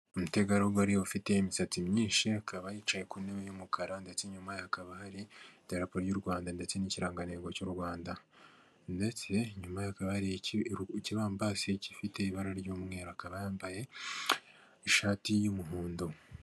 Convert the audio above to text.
Umutegarugori ufite imisatsi myinshi akaba yicaye ku ntebe y'umukara ndetse nyuma hakaba hari iterapo ry'u Rwanda ndetse n'ikirangantego cy'u Rwanda ndetse inyuma hakaba hari ikibambasi gifite ibara ry'umweru akaba yambaye ishati y'umuhondo.